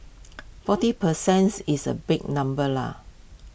forty per cents is A big number leh